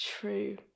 true